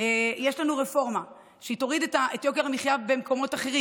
יש לנו רפורמה שתוריד את יוקר המחיה במקומות אחרים.